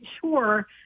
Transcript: sure